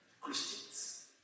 Christians